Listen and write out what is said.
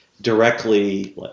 directly